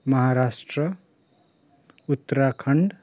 Maharashtra Uttarakhand